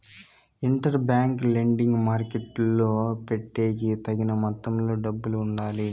inter bank lending మార్కెట్టులో పెట్టేకి తగిన మొత్తంలో డబ్బులు ఉండాలి